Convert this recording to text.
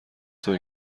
توئه